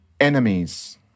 enemies